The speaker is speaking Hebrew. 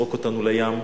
לזרוק אותנו לים,